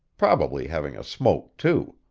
probably having a smoke too.